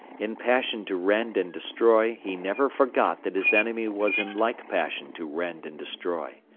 in passion to rend and destroy, he never forgot that his enemy was in like passion to rend and destroy.